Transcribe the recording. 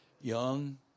Young